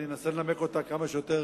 אני אנסה לנמק אותה בקצרה.